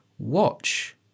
watch